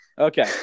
Okay